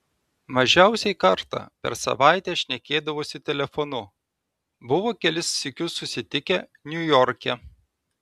mažiausiai kartą per savaitę šnekėdavosi telefonu buvo kelis sykius susitikę niujorke